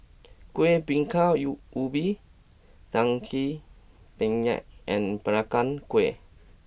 Kuih Bingka U Ubi Daging Penyet and Peranakan Kueh